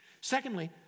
Secondly